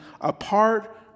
apart